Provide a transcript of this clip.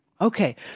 Okay